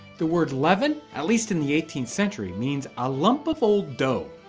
the word leaven, at least in the eighteenth century, means a lump of old dough.